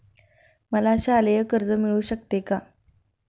मला शालेय कर्ज मिळू शकते का?